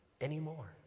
anymore